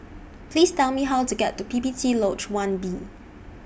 Please Tell Me How to get to P P T Lodge one B